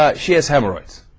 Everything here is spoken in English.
ah she is hemorrhoids